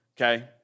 Okay